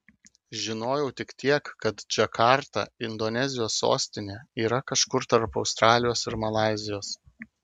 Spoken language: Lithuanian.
žinojau tik tiek kad džakarta indonezijos sostinė yra kažkur tarp australijos ir malaizijos